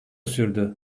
sürdü